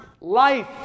life